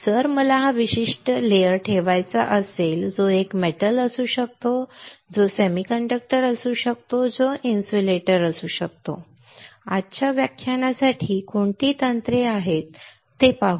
तर जर मला हा विशिष्ट थर ठेवायचा असेल जो एक धातू असू शकतो जो सेमीकंडक्टर असू शकतो जो इन्सुलेटर असू शकतो आजच्या व्याख्यानासाठी कोणती तंत्रे आहेत ते ठीक आहे